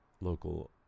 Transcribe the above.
local